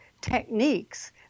techniques